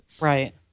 right